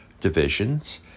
divisions